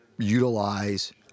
utilize